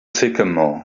sycamore